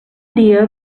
dia